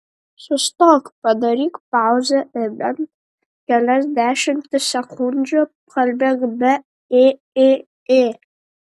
sustok padaryk pauzę ir bent kelias dešimtis sekundžių kalbėk be ė ė ė